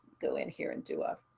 go in here and do a.